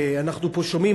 אנחנו פה שומעים,